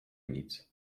nic